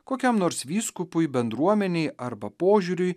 kokiam nors vyskupui bendruomenei arba požiūriui